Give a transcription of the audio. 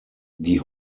die